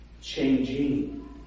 Changing